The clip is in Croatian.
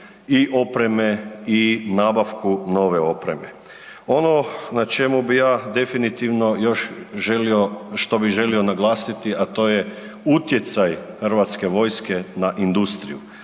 i opreme i nabavku nove opreme. Ono na čemu bi ja definitivno još želio, što bi želio naglasiti a to je utjecaj hrvatske vojske na industriju,